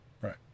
Right